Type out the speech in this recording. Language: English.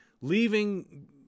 leaving